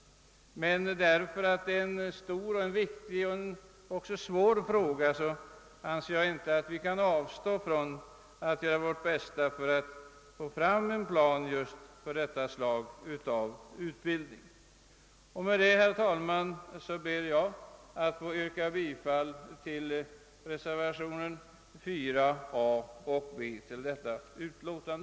Men det förhållandet att detta är en stor, viktig och samtidigt svår fråga bör inte medföra att vi avstår från att göra vårt bästa för att få fram en plan för denna utbildning. - Med detta ber jag att få yrka bifall till reservåtionerna 4 a och b i detta utlåtande.